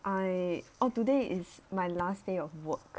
I oh today is my last day of work